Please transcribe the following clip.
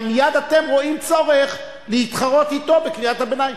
מייד אתם רואים צורך להתחרות אתו בקריאת הביניים.